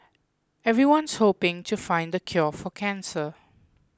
everyone's hoping to find the cure for cancer